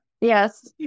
Yes